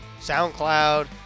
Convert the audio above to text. SoundCloud